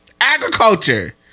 agriculture